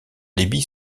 débit